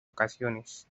ocasiones